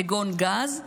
כגון גז.